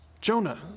Jonah